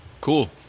Cool